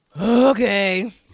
Okay